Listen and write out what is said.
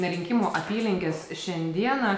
rinkimų apylinkes šiandieną